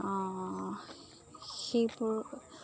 সেইবোৰ